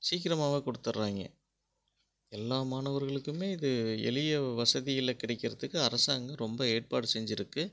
சீக்கிரமாவே குடுத்துட்றாங்க எல்லா மாணவர்களுக்குமே இது எளிய வசதியில் கிடைக்கிறதுக்கு அரசாங்கம் ரொம்ப ஏற்பாடு செஞ்சுருக்கு